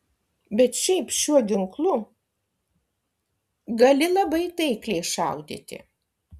bet šiaip šiuo ginklu gali labai taikliai šaudyti